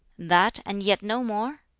that, and yet no more?